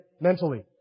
mentally